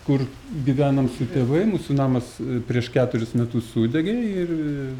kur gyvenom su tėvais mūsų namas prieš keturis metus sudegė ir